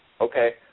Okay